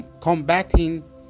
combating